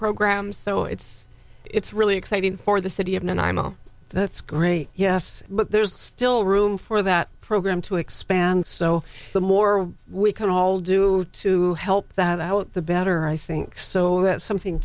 programs so it's it's really exciting for the city of new and imo that's great yes but there's still room for that program to expand so the more we can all do to help that out the better i think so that's something